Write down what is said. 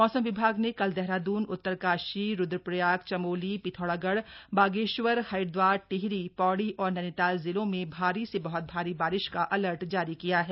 मौसम विभाग ने कल देहरादून उत्तरकाशी रुद्रप्रयाग चमोली पिथौरागढ़ बागेश्वर हरिद्वार टिहरी पौड़ी और नैनीताल जिलों में भारी से बहत भारी बारिश का अलर्ट जारी किया है